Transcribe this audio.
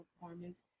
performance